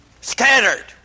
Scattered